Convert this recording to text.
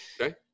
okay